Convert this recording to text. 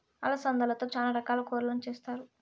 అలసందలతో చానా రకాల కూరలను చేస్తారు